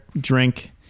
drink